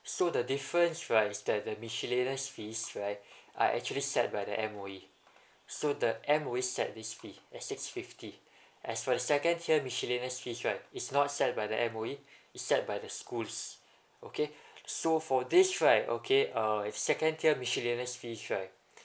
so the difference right is that the miscellaneous fees right are actually set by the M_O_E so the M_O_E set this fee at six fifty as for the second tier miscellaneous fees right it's not set by the M_O_E it's set by the schools okay so for this right okay uh if second tier miscellaneous fees right